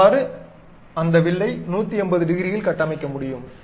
இவ்வாறு அந்த வில்லை 180 டிகிரியில் கட்டமைக்க முடியும்